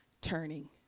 turning